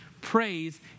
Praise